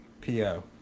P-O